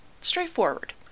straightforward